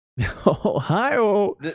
Ohio